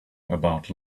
about